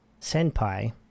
Senpai